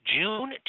June